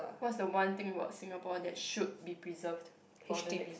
what's the one thing about Singapore that should be preserved for the next